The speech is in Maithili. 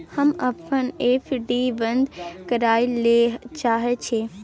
हम अपन एफ.डी बंद करय ले चाहय छियै